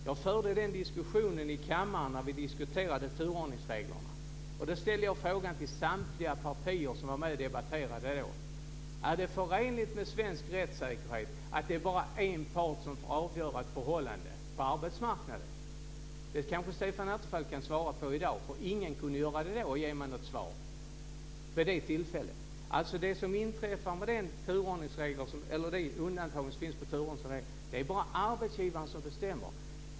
Jag förde den diskussionen i kammaren när vi diskuterade turordningsreglerna. Då ställde jag frågan till samtliga partier som var med och debatterade frågan då: Är det förenligt med svensk rättssäkerhet att det är bara en part som får avgöra ett förhållande på arbetsmarknaden? Det kanske Stefan Attefall kan svara på i dag. Ingen kunde ge mig ett svar vid det tillfället. Det som inträffar med det undantag som finns från turordningsreglerna är att det är arbetsgivaren som bestämmer.